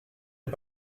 est